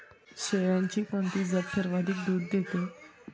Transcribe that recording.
शेळ्यांची कोणती जात सर्वाधिक दूध देते?